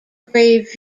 grave